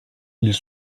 ils